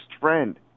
friend